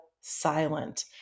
silent